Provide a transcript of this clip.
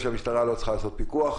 שהמשטרה לא צריכה לעשות פיקוח,